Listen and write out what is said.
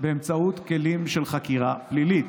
באמצעות כלים של חקירה פלילית,